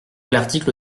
l’article